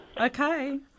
Okay